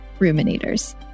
ruminators